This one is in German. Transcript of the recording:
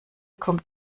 kommt